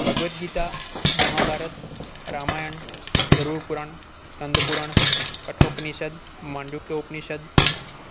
Bhagavad Gita Mahabharata Ramayana Garuda Purana Skanda Purana Kathopanishad Mandukya Upanishad